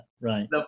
right